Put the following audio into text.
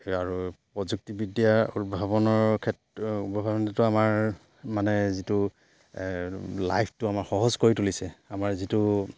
আৰু প্ৰযুক্তিবিদ্যাৰ উদ্ভাৱনৰ ক্ষেত্ৰ উদ্ভাৱনটো আমাৰ মানে যিটো লাইফটো আমাৰ সহজ কৰি তুলিছে আমাৰ যিটো